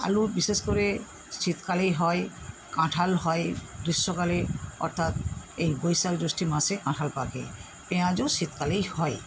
আলুর বিশেষ করে শীতকালেই হয় কাঁঠাল হয় গ্রীষ্মকালে অর্থাৎ এই বৈশাখ জ্যৈষ্ঠ মাসে কাঁঠাল পাকে পেঁয়াজও শীতকালেই হয়